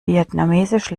vietnamesisch